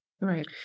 Right